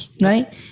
Right